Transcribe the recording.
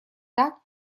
так